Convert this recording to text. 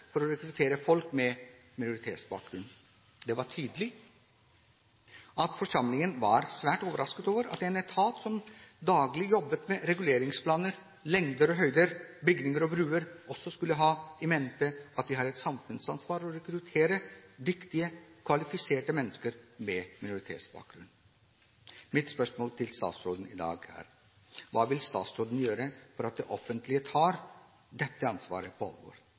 for å rekruttere folk med minoritetsbakgrunn. Det var tydelig at forsamlingen var svært overrasket over at en etat som til daglig jobbet med reguleringsplaner, lengder og høyder, bygninger og broer, også skulle ha i mente at de har et samfunnsansvar for å rekruttere dyktige, kvalifiserte mennesker med minoritetsbakgrunn. Mitt spørsmål i dag til statsråden er: Hva vil statsråden gjør for å sørge for at det offentlige tar dette ansvaret på alvor?